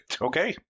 Okay